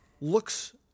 Looks